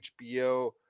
HBO